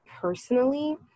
personally